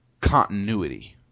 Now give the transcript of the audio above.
continuity